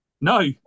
No